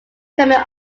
coming